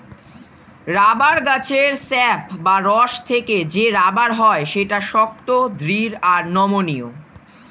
rubber গাছের sap বা রস থেকে যে রাবার হয় সেটা শক্ত, দৃঢ় আর নমনীয়